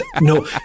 no